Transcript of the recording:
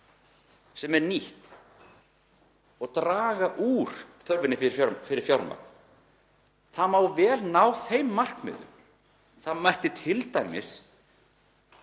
sem er nýtt og draga úr þörfinni fyrir fjármagn. Það má vel ná þeim markmiðum. Það mætti t.d.